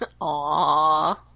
Aww